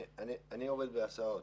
אני עובד בהסעות.